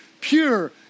pure